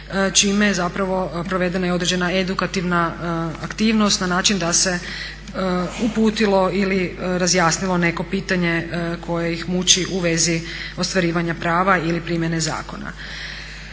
čime je zapravo provedena i određena edukativna aktivnost na način da se uputilo ili razjasnilo neko pitanje koje ih muči u vezi ostvarivanja prava ili primjene zakona.